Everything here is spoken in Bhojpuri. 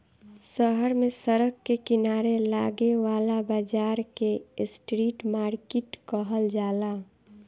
शहर में सड़क के किनारे लागे वाला बाजार के स्ट्रीट मार्किट कहल जाला